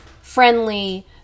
friendly